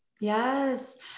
Yes